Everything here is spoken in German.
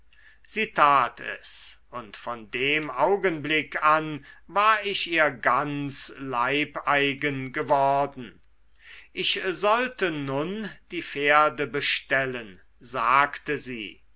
tat es und von dem augenblick an war ich ihr ganz leibeigen geworden ich sollte nun die pferde bestellen sagte sie